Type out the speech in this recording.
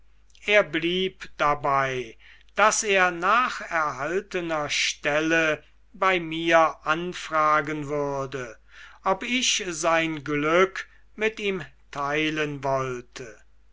er blieb dabei daß er nach erhaltener stelle bei mir anfragen würde ob ich sein glück mit ihm teilen wollte